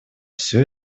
всю